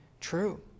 true